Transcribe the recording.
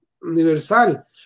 universal